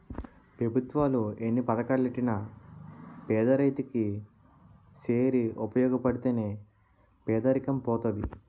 పెభుత్వాలు ఎన్ని పథకాలెట్టినా పేదరైతు కి సేరి ఉపయోగపడితే నే పేదరికం పోతది